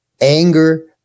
anger